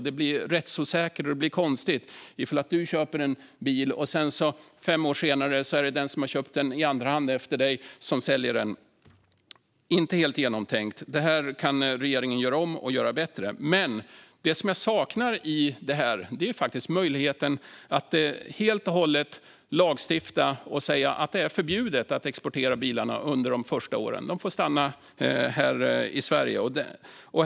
Det blir rättsosäkert och konstigt ifall du köper en bil, och sedan är det fem år senare den som köpt den i andrahand efter dig som säljer den. Det är inte helt genomtänkt. Det här kan regeringen göra om och göra bättre. Det som jag saknar i detta är möjligheten att helt och hållet lagstifta och säga att det är förbjudet att exportera bilarna under de första åren. De får stanna här i Sverige.